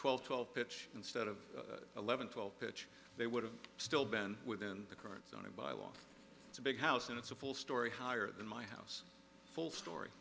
twelve twelve pitch instead of eleven twelve pitch they would have still been within the current zoning bylaws it's a big house and it's a full story higher than my house full story